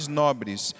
nobres